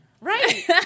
Right